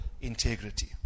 integrity